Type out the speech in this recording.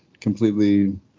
completely